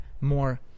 more